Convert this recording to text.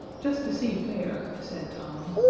just to see fair, said tom.